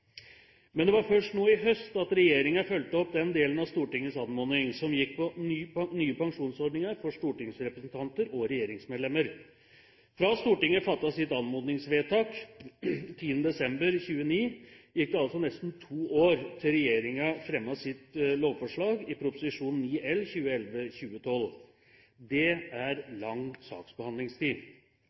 Men det var først nå i høst at regjeringen fulgte opp den delen av Stortingets anmodning som gikk på nye pensjonsordninger for stortingsrepresentanter og regjeringsmedlemmer. Fra Stortinget fattet sitt anmodningsvedtak 10. desember 2009, gikk det altså nesten to år til regjeringen fremmet sitt lovforslag i Prop. 9 L for 2011–2012. Det er lang saksbehandlingstid.